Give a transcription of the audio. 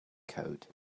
code